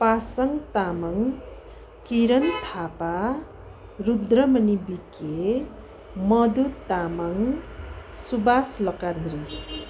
Pasang Tamang Kiran Thapa Rudramani BK Madhu Tamang Suwas Lakandri